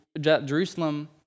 Jerusalem